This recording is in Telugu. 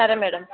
సరే మ్యాడమ్